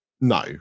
No